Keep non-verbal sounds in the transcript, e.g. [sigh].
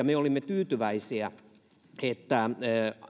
[unintelligible] me olimme tyytyväisiä että